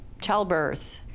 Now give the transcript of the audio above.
childbirth